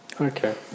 Okay